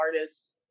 artists